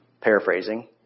paraphrasing